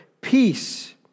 peace